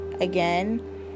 again